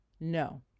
No